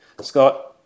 scott